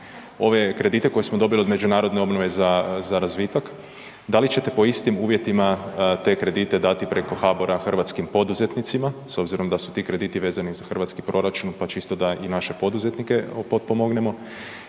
ove kredite koje smo dobili od međunarodne obnove za razvitak da li ćete po istim uvjetima te kredite dati preko HBOR-a hrvatskim poduzetnicima s obzirom da su ti krediti vezani uz hrvatski proračun pa čisto da i naše poduzetnike potpomognemo.